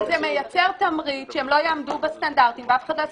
אבל זה מייצר תמריץ שהם לא יעמדו בסטנדרטים ואף אחד לא יסכים,